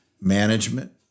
management